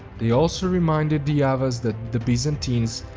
they also reminded the avars that the byzantines,